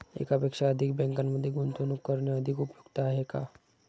एकापेक्षा अधिक बँकांमध्ये गुंतवणूक करणे अधिक उपयुक्त आहे का?